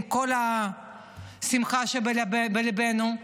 עם כל השמחה שבליבנו,